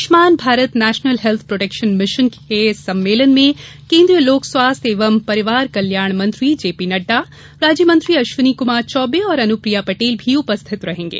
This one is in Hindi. Ayushman Bharat National Health Protection Mission में होने वाले सम्मेलन में केन्द्रीय लोक स्वास्थ्य एवं परिवार कल्याण मंत्री जेपी नड्डा राज्य मंत्री अश्विनी कुमार चौबे और अनुप्रिया पटेल भी उपस्थित रहेंगे